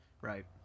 right